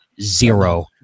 Zero